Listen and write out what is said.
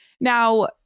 Now